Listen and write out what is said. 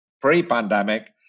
pre-pandemic